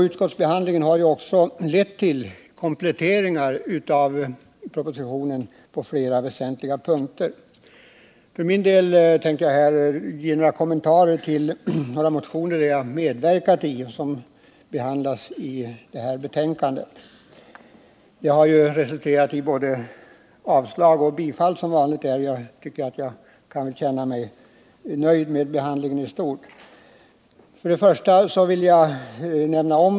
Utskottsbehandlingen har lett till kompletteringar av propositionen 123 på flera väsentliga punkter. Jag tänker ge några kommentarer till några motioner som jag har varit med om att väcka och som behandlas i betänkandet. Utskottsbehandlingen har som vanligt resulterat i både avstyrkanden och tillstyrkanden, men jag känner mig nöjd med behandlingen i stort.